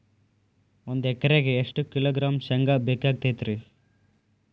ಒಂದು ಎಕರೆಗೆ ಎಷ್ಟು ಕಿಲೋಗ್ರಾಂ ಶೇಂಗಾ ಬೇಕಾಗತೈತ್ರಿ?